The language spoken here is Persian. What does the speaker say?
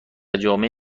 جامعه